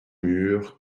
murs